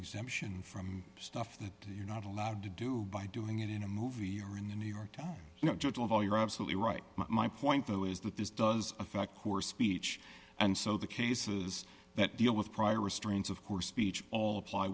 exemption from stuff that you're not allowed to do by doing it in a movie or in the new york times you know total of all you're absolutely right my point though is that this does affect poor speech and so the cases that deal with prior restraints of course speech all apply